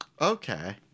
Okay